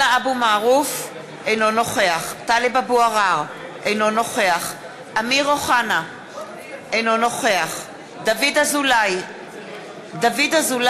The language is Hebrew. (קוראת בשמות חברי הכנסת) עבדאללה אבו מערוף,